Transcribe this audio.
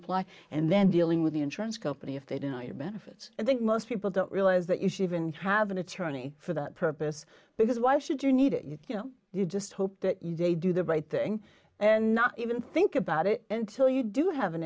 apply and then dealing with the insurance company if they deny your benefits i think most people don't realize that you should even have an attorney for that purpose because why should you need it you know you just hope that you day do the right thing and not even think about it until you do have an